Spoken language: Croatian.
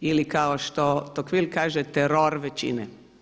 ili kao što Tocqueville kaže teror većine.